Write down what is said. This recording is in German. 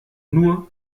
nur